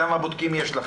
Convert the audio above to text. כמה בודקים יש לכם?